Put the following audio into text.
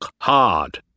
hard